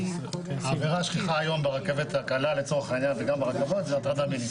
העבירה השכיחה היות ברכבת הקלה וברכבות היא הטרדה מינית.